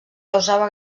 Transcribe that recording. causava